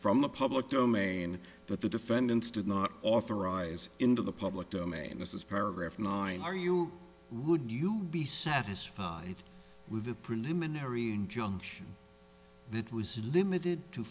from the public domain that the defendants did not authorize into the public domain this is paragraph nine are you would you be satisfied with a preliminary injunction that was limited to